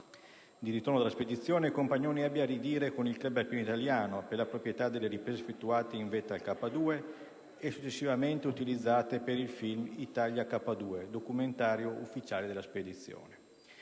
Di ritorno dalla spedizione, Compagnoni ebbe a ridire con il Club Alpino Italiano per la proprietà delle riprese effettuate in vetta al K2, e successivamente utilizzate per il film «Italia K2», documentario ufficiale della spedizione.